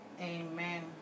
Amen